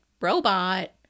robot